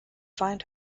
find